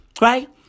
right